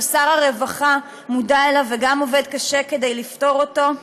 שר הרווחה מודע לו וגם עובד קשה כדי לפתור אותו,